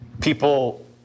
People